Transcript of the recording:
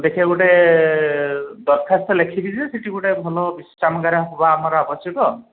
ଦେଖିବା ଗୋଟେ ଦରଖାସ୍ତ ଲେଖିବି ଯେ ସେଠି ଗୋଟେ ଭଲ ବିଶ୍ରାମଗାର ହେବା ଆମର ଆବଶ୍ୟକ